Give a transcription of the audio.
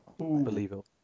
unbelievable